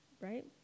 right